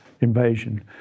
invasion